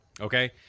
Okay